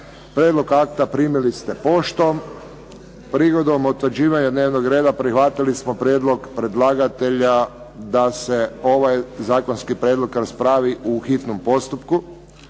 Prijedlog akta primili ste poštom. Prigodom utvrđivanja dnevnog reda prihvatili smo prijedlog predlagatelja da se ovaj zakonski prijedlog raspravi u hitnom postupku